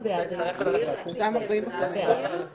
ננעלה בשעה